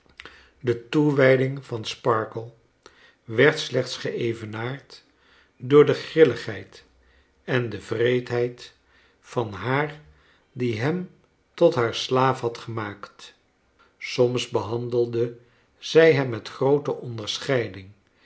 de toe wij ding van sparkler werd slechts geevenaard door de grilligheid en wreedheid van haar die hem tot haar slaaf had gemaakt soms behandelde zij hem met groote onderscheiding